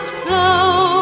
slow